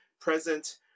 present